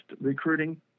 recruiting